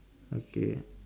okay